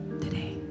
today